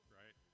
right